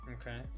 Okay